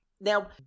Now